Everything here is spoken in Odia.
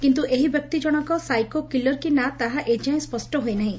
କିନ୍ତୁ ଏହି ବ୍ୟକ୍ତି ଜଣକ ସାଇକୋ କିଲର କି ନା ତାହା ଏଯାଏଁ ସ୍ୱଷ୍କ ହୋଇନାହିଁ